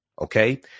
Okay